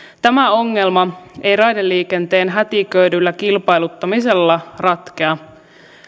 tämä ongelma ei raideliikenteen hätiköidyllä kilpailuttamisella ratkea